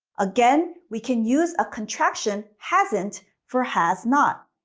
again, we can use a contraction hasn't for has not.